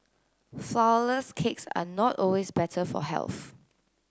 flourless cakes are not always better for health